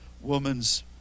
woman's